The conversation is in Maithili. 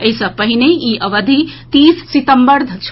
एहि सँ पहिने ई अवधि तीस सितम्बर छल